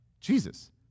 Jesus